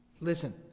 Listen